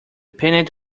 pennant